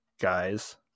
guys